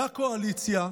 לקואליציה,